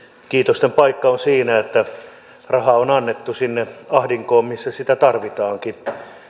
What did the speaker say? kiitosten paikka on siinä että rahaa on annettu sinne ahdinkoon missä sitä tarvitaankin